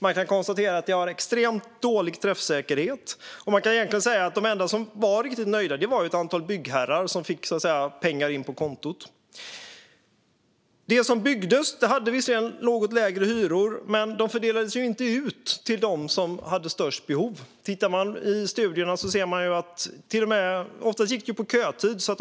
Man kan konstatera att det hade extremt dålig träffsäkerhet. Man kan egentligen säga att de enda som var riktigt nöjda var ett antal byggherrar som fick pengar in på kontot. Det som byggdes hade vi sedan något lägre hyror för. Men de fördelades inte ut till dem som hade störst behov. Tittar man i studierna ser man att det ofta gick på kötid.